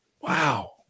wow